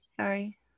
Sorry